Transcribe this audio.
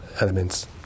elements